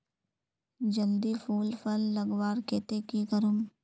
जल्दी फूल फल लगवार केते की करूम?